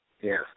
Yes